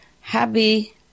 happy